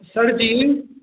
सरजी